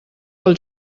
pel